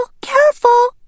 careful